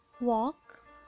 walk